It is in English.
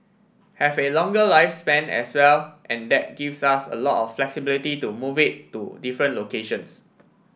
have a longer lifespan as well and that gives us a lot of flexibility to move it to different locations